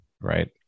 right